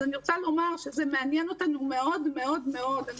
אני רוצה לומר שנושא הנשירה מעניין אותנו מאוד מאוד מאוד.